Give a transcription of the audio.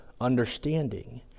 understanding